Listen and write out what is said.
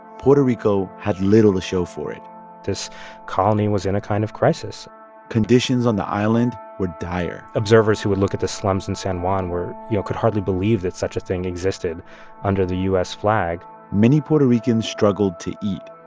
puerto rico had little to show for it this colony was in a kind of crisis conditions on the island were dire observers who would look at the slums in san juan were you know, could hardly believe that such a thing existed under the u s. flag many puerto ricans struggled to eat.